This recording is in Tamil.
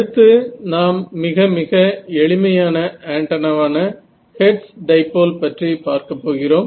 அடுத்து நாம் மிக மிக எளிமையான ஆண்டனாவான ஹெர்ட்ஸ் டைபோல் பற்றி பார்க்கப் போகிறோம்